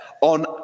on